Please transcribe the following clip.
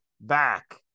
back